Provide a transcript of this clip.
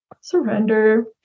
surrender